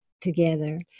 together